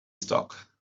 stock